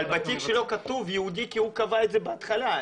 אבל בתיק שלו כתוב יהודי כי הוא קבע את זה בהתחלה.